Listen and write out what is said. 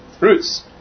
roots